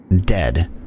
dead